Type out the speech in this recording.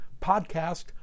podcast